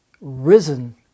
risen